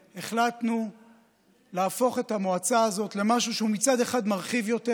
והחלטנו להפוך את המועצה הזאת למשהו שהוא מצד אחד מרחיב יותר,